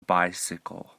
bicycle